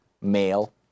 male